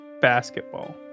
Basketball